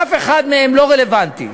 שאף אחד מהם לא רלוונטי.